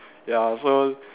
ya so